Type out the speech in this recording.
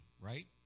right